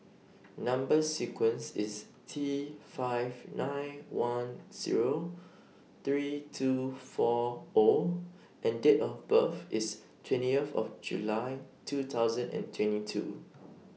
Number sequence IS T five nine one Zero three two four O and Date of birth IS twenty of of July two thousand and twenty two